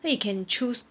then you can choose